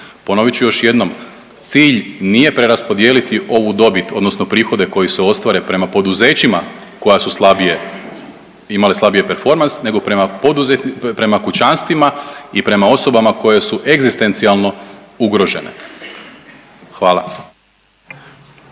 Ponovit ću još jednom. Cilj nije preraspodijeliti ovu dobit, odnosno prihode koji se ostvare prema poduzećima koja su slabije, imale slabiji performans nego prema kućanstvima i prema osobama koje su egzistencijalno ugrožene. Hvala.